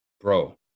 Bro